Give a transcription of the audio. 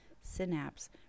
synapse